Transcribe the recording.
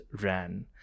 ran